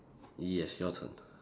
yes your turn